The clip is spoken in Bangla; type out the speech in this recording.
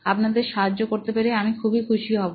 আপনাদের সাহায্য করতে পেরে আমি খুবই খুশি হব